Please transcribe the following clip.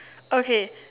okay